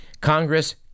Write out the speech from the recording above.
Congress